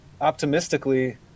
optimistically